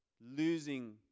losing